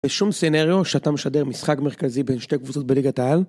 בשום סנריו שאתה משדר משחק מרכזי בין שתי קבוצות בליגה תעל